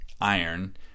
iron